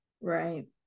Right